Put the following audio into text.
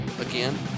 again